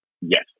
yes